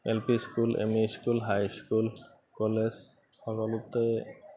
L P school M E school high school college সকলোতে